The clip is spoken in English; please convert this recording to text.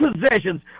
possessions